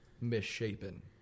misshapen